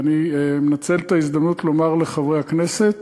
אני מנצל את ההזדמנות לומר לחברי הכנסת: